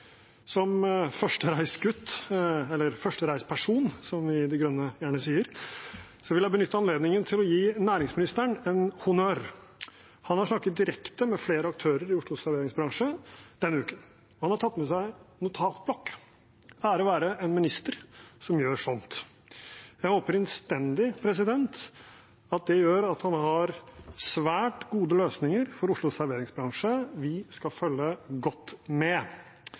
som vi i Miljøpartiet De Grønne gjerne sier – vil jeg benytte anledningen til å gi næringsministeren en honnør. Han har snakket direkte med flere aktører i Oslos serveringsbransje denne uken. Han har tatt med seg notatblokk. Ære være en minister som gjør sånt. Jeg håper innstendig at det gjør at han har svært gode løsninger for Oslos serveringsbransje. Vi skal følge godt med.